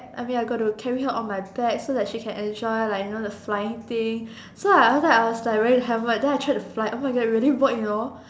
I mean I got to carry her on my back so that she can enjoy like you know the flying thing so after that I was wearing the helmet then I tried to fly oh my god it really work you know